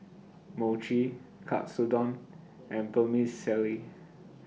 Mochi Katsudon and Vermicelli